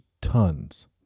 tons